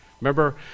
Remember